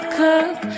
cook